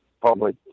public